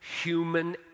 human